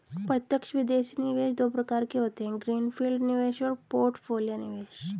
प्रत्यक्ष विदेशी निवेश दो प्रकार के होते है ग्रीन फील्ड निवेश और पोर्टफोलियो निवेश